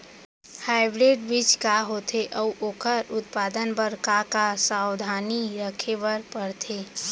Hybrid बीज का होथे अऊ ओखर उत्पादन बर का का सावधानी रखे बर परथे?